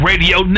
Radio